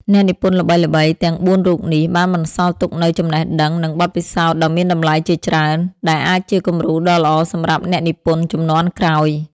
អ្នកនិពន្ធល្បីៗទាំងបួនរូបនេះបានបន្សល់ទុកនូវចំណេះដឹង និងបទពិសោធន៍ដ៏មានតម្លៃជាច្រើន ដែលអាចជាគំរូដ៏ល្អសម្រាប់អ្នកនិពន្ធជំនាន់ក្រោយ។